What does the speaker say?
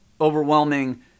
overwhelming